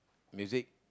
music